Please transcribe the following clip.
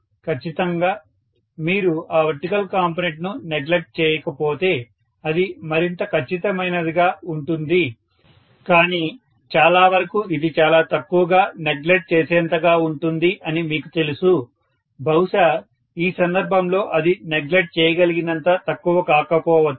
ఖచ్చితంగా మీరు ఆ వర్టికల్ కాంపోనెంట్ ను నెగ్లెక్ట్ చేయకపోతే అది మరింత ఖచ్చితమైనదిగా ఉంటుంది కానీ చాలా వరకు ఇది చాలా తక్కువగా నెగ్లెక్ట్ చేసేంతగా ఉంటుంది అని మీకు తెలుసు బహుశా ఈ సందర్భంలో అది నెగ్లెక్ట్ చేయగలిగినంత తక్కువ కాకపోవచ్చు